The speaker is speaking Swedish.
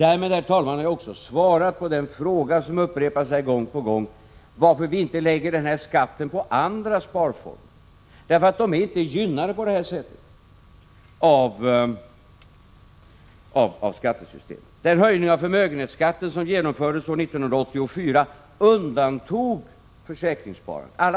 Därmed, herr talman, har jag svarat på den fråga som upprepas här gång på gång, nämligen: Varför lägger inte regeringen denna skatt på andra sparformer? Men andra sparformer är inte gynnade av skattesystemet. Den höjning av förmögenhetsskatten som genomfördes 1984 gällde inte försäkringssparande.